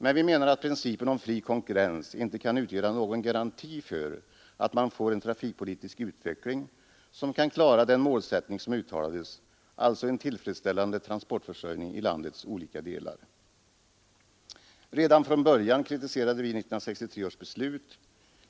Men vi menar att principen om fri konkurrens inte kan utgöra någon garanti för att man får en trafikpolitisk utveckling, som kan klara den målsättning som uttalades — alltså en tillfredsställande transportförsörjning i landets olika delar. Redan från början kritiserade vi 1963 års beslut.